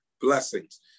blessings